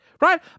right